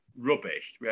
rubbish